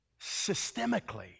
systemically